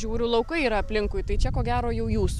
žiūriu laukai yra aplinkui tai čia ko gero jau jūs